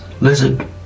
Lizard